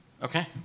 Okay